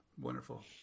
Wonderful